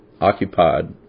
occupied